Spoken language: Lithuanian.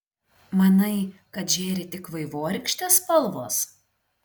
manai kad žėri tik vaivorykštės spalvos